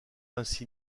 ainsi